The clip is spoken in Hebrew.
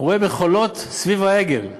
הוא רואה מחולות סביב העגל.